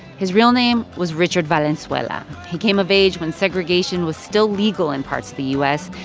his real name was richard valenzuela. he came of age when segregation was still legal in parts of the u s.